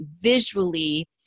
visually